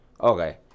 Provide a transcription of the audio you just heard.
okay